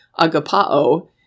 agapao